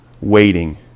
waiting